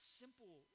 simple